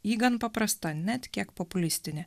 ji gan paprasta net kiek populistinė